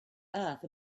earth